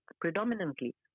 predominantly